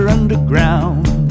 Underground